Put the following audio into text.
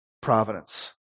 providence